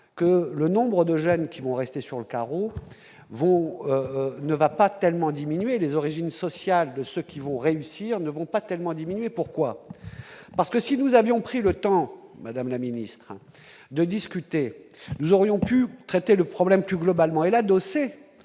que le nombre de jeunes qui vont rester sur le carreau, vous ne va pas tellement diminué les origines sociales de ce qu'ils vont réussir, ne vont pas tellement diminué, pourquoi, parce que si nous avions pris le temps, madame la ministre, de discuter, nous aurions pu traiter le problème plus globalement elles adossé à